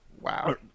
Wow